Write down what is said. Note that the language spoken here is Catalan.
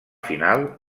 final